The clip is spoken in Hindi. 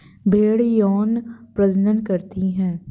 भेड़ यौन प्रजनन करती है